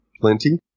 plenty